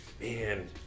man